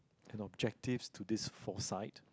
and objectives to this foresight